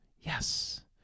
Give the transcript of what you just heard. Yes